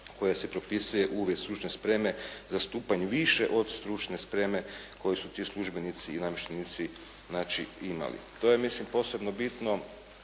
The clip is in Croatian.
koja se propisuje uvjet stručne spreme za stupanj više od stručne spreme koju su ti službenici i namještenici imali. To je mislim posebno bitno